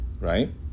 right